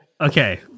Okay